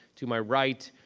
to my right,